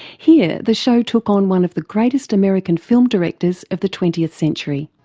here the show took on one of the greatest american film directors of the twentieth century.